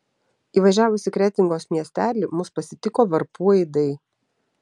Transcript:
įvažiavus į kretingos miestelį mus pasitiko varpų aidai